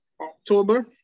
October